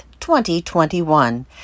2021